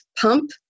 pump